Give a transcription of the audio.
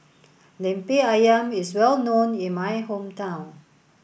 Lemper Ayam is well known in my hometown